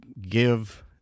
give